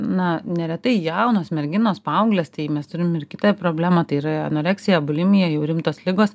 na neretai jaunos merginos paauglės tai mes turim ir kitą problemą tai yra anoreksija bulimija jau rimtos ligos